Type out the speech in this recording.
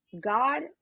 God